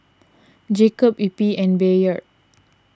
Jacob Eppie and Bayard